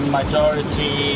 majority